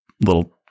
little